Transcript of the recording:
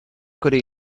could